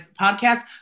podcast